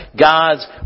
God's